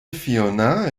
fiona